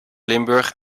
limburg